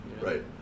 right